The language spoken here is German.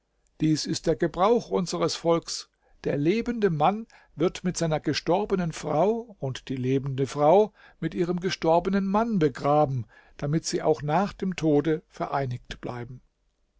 dies ist der gebrauch unseres volks der lebende mann wird mit seiner gestorbenen frau und die lebende frau mit ihrem gestorbenen mann begraben damit sie auch nach dem tode vereinigt bleiben